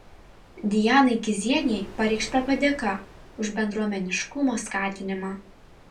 dianai kizienei pareikšta padėka už bendruomeniškumo skatinimą